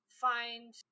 find